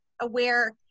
aware